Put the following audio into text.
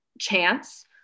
chance